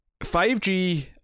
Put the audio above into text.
5g